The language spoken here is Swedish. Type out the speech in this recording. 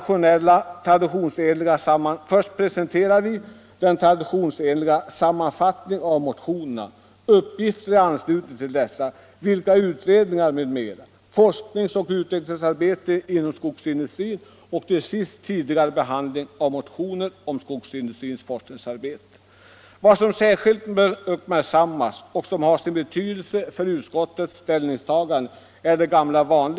I betänkandet gör vi först den traditionsenliga sammanfattningen av motionerna och lämnar sedan i anslutning till dem uppgifter om utredningar, om forskningsoch utvecklingsarbete inom skogsindustrin och slutligen om tidigare behandling av motioner om skogsindustrins forskningsarbete. Vad som särskilt bör uppmärksammas — det har sin betydelse för utskottets ställningstagande — är att de problem som berörs i motionerna redan är uppmärksammade.